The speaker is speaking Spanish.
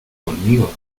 conmigo